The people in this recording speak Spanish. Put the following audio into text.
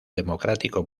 democrático